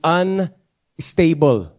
unstable